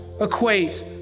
equate